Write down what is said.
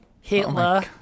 Hitler